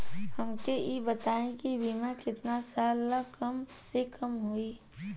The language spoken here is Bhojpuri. हमके ई बताई कि बीमा केतना साल ला कम से कम होई?